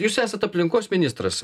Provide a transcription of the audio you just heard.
jūs esat aplinkos ministras